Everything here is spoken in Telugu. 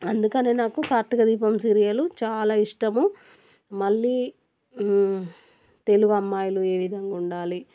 అందుకనే నాకు కార్తీక దీపం సీరియలు చాలా ఇష్టము మళ్ళీ తెలుగు అమ్మాయిలు ఏ విధంగా ఉండాలి